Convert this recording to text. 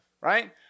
right